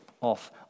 off